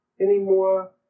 anymore